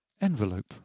Envelope